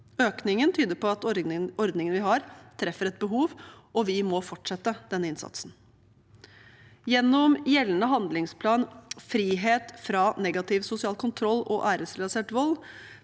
Økningen tyder på at ordningene vi har, treffer et behov, og vi må fortsette denne innsatsen. Gjennom gjeldende handlingsplan Frihet fra negativ sosial kontroll og æresrelatert vold